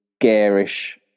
garish